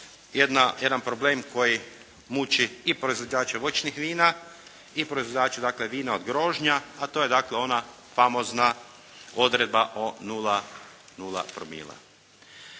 jedan problem koji muči i proizvođače voćnih vina i proizvođače vina od grožnja a to je dakle ona famozna odredba o 0,0 promila.